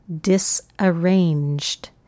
disarranged